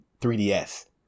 3DS